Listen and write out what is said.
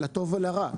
לטוב ולרע.